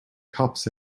cops